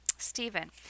Stephen